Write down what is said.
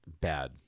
bad